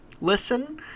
listen